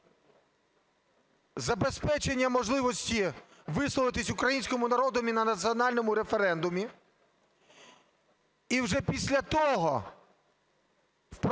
забезпечення можливості висловитись українському народу на національному референдумі і вже після того